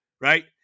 right